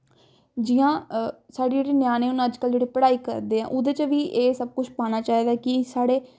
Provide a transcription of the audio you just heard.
जि'यां साढ़े जेह्ड़े ञ्याणें हून अजकल्ल पढ़ाई करदे ऐ ओह्दे च बी एह् सब कुछ पाना चाहिदा कि साढ़े